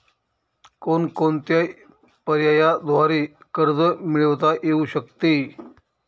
कोणकोणत्या पर्यायांद्वारे कर्ज मिळविता येऊ शकते?